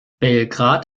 belgrad